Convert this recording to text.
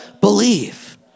believe